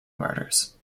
murders